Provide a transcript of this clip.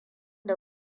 da